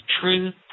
truth